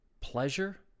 pleasure